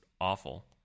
awful